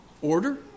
order